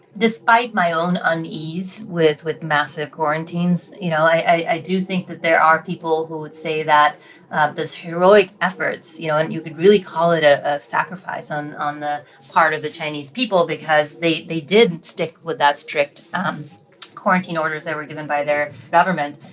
despite my own unease with with massive quarantines, you know, i do think that there are people who would say that those heroic efforts, you know and you could really call it a sacrifice on on the part of the chinese people because they they did stick with that strict um quarantine order they were given by their government.